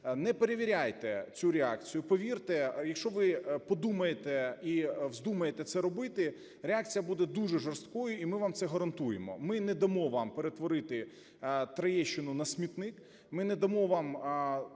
Не перевіряйте цю реакцію, повірте, якщо ви подумаєте і вздумаєте це робити, реакція буде дуже жорсткою, і ми вам це гарантуємо. Ми не дамо вам перетворити Троєщину на смітник. Ми не дамо вам